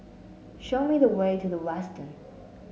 show me the way to The Westin